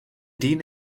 dyn